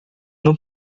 não